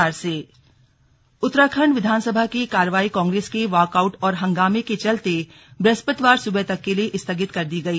slug विधानसभा स्थगन उत्तराखंड विधानसभा की कार्यवाही कांग्रेस के वॉकआउट और हंगामे के चलते बृहस्पतिवार सुबह तक के लिए स्थगित कर दी गई